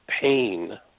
pain